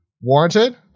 warranted